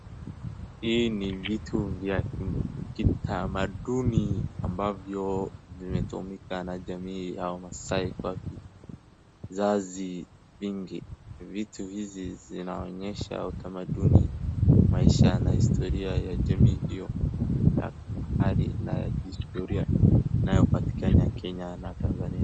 Hii ni vitu vya kitamaduni ambavyo vimetumika na jamii ya wamaasai kwa vizazi vingi. Vitu hizi zinaonyesha utamaduni maisha na historia ya jamii hiyo na hali na historia inayopatikana Kenya na Tanzania